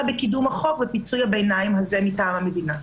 בקידום החוק ופיצוי הביניים הזה מטעם המדינה.